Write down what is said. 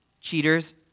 cheaters